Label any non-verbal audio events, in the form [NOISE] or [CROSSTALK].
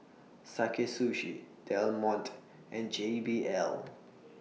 Sakae Sushi Del Monte and J B L [NOISE]